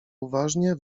uważnie